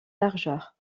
largeur